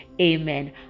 amen